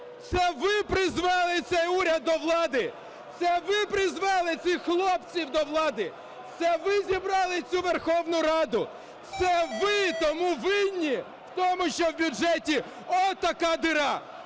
Це ви призвели цей уряд до влади! Це ви призвели цих хлопців до влади! Це ви зібрали цю Верховну Раду! Це ви тому винні в тому, що в бюджеті отака діра!